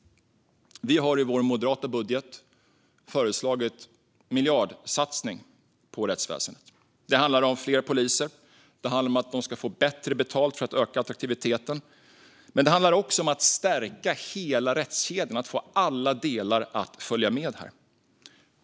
Vi har i vår moderata budget föreslagit en miljardsatsning på rättsväsendet. Det handlar om fler poliser. Det handlar om att ge dem bättre betalt, för att öka attraktiviteten. Men det handlar också om att stärka hela rättskedjan och att få alla delar att följa med.